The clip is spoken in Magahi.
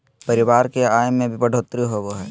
परिवार की आय में भी बढ़ोतरी होबो हइ